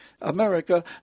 America